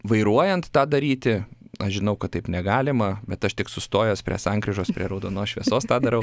vairuojant tą daryti aš žinau kad taip negalima bet aš tik sustojęs prie sankryžos prie raudonos šviesos tą darau